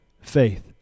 faith